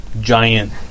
Giant